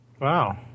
Wow